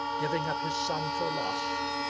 giving up his son for lost,